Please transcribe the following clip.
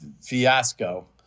fiasco